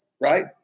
right